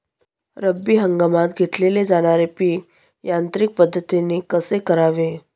रब्बी हंगामात घेतले जाणारे पीक यांत्रिक पद्धतीने कसे करावे?